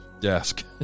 desk